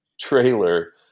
trailer